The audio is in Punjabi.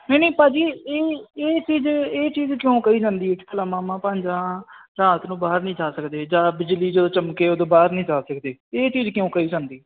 ਨਹੀਂ ਨਹੀਂ ਭਾਅ ਜੀ ਇਹ ਇਹ ਚੀਜ਼ ਇਹ ਚੀਜ਼ ਕਿਉਂ ਕਹੀ ਜਾਂਦੀ ਭਲਾ ਮਾਮਾ ਭਾਣਜਾ ਰਾਤ ਨੂੰ ਬਾਹਰ ਨਹੀਂ ਜਾ ਸਕਦੇ ਜਾਂ ਬਿਜਲੀ ਜਦੋਂ ਚਮਕੇ ਉੱਦੋਂ ਓਹ ਬਾਹਰ ਨਹੀਂ ਜਾ ਸਕਦੇ ਇਹ ਚੀਜ਼ ਕਿਉਂ ਕਹੀ ਜਾਂਦੀ